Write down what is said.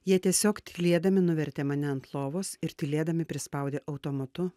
jie tiesiog tylėdami nuvertė mane ant lovos ir tylėdami prispaudė automatu